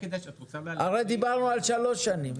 הרי דיברנו על שלוש שנים,